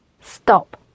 Stop